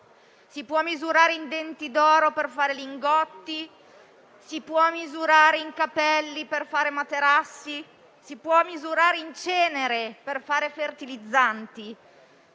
Si può misurare in denti d'oro per fare lingotti, si può misurare in capelli per fare materassi, si può misurare in cenere per fare fertilizzanti.